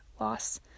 loss